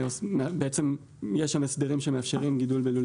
בעצם יש שם הסדרים שמאפשרים גידול בלולי